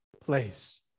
place